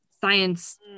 science